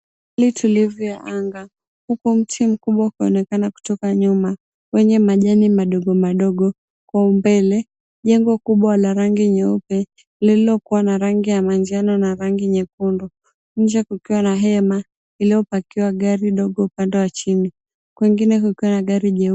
Hali tulivu ya anga huku mti mkubwa ukiwa unaonekana kutoka nyuma wenye majani madogo madogo, kwa mbele jengo kubwa la rangi nyeupe lililokuwa na rangi ya manjano na rangi nyekundu, nje kukiwa na hema iliyopakiwa gari dogo upande wa chini kwengineko kuna gari jeupe.